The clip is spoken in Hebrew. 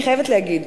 אני חייבת להגיד,